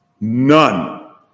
None